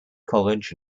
college